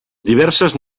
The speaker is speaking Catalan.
diverses